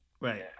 Right